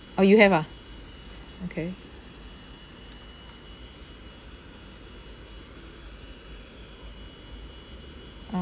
orh you have ah okay uh